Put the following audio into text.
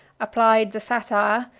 applied the satire,